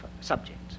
subjects